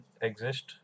exist